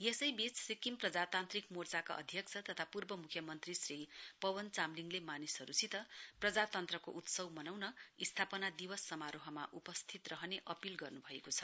यसैबीच सिक्किम प्रजातान्त्रिक मोर्चाका अध्यक्ष तथा पूर्व मुख्यमन्त्री श्री पवन चामलिङले मानिसहरूसित प्रजातन्त्रको उत्सव मनाउन स्थापना दिवस समारोहमा उपस्थित रहने अपील गर्नु भएको छ